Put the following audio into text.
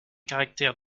caractères